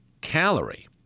calorie